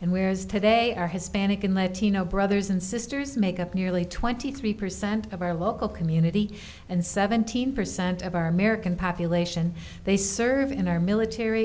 and wears today our hispanic and latino brothers and sisters make up nearly twenty three percent of our local community and seventeen percent of our american population they serve in our military